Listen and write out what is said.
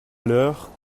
l’heure